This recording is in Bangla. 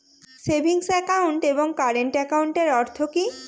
সেভিংস একাউন্ট এবং কারেন্ট একাউন্টের অর্থ কি?